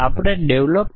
interfacing શું છે